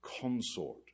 consort